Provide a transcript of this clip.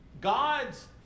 God's